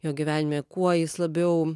jo gyvenime kuo jis labiau